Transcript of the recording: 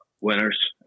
winners